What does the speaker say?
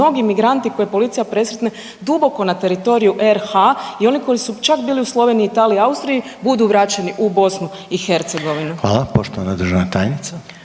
mnogi imigranti koje policija presretne duboko na teritoriju RH i oni koji su čak bili u Sloveniji, Italiji, Austriji budu vraćeni u BiH? **Reiner, Željko (HDZ)** Hvala. Poštovana državna tajnica.